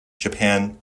japan